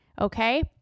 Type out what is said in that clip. Okay